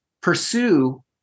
pursue